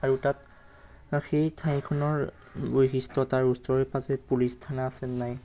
আৰু তাত সেই ঠাইখনৰ বৈশিষ্ট্য তাৰ ওচৰে পাজৰে পুলিচ থানা আছেনে নাই